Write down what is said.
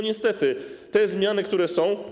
Niestety te zmiany, które są.